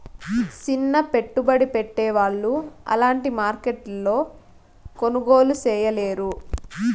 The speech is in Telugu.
సిన్న పెట్టుబడి పెట్టే వాళ్ళు అలాంటి మార్కెట్లో కొనుగోలు చేయలేరు